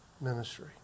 ministry